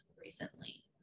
recently